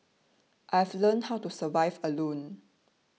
I've learnt how to survive alone